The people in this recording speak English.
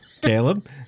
Caleb